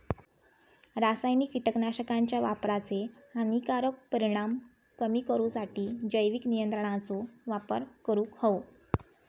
रासायनिक कीटकनाशकांच्या वापराचे हानिकारक परिणाम कमी करूसाठी जैविक नियंत्रणांचो वापर करूंक हवो